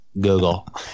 Google